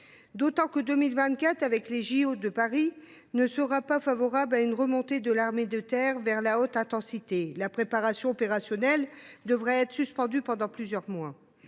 Olympiques et Paralympiques de Paris, ne sera pas favorable à une remontée de l’armée de terre vers la haute intensité, puisque la préparation opérationnelle devra être suspendue pendant plusieurs mois.